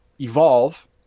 evolve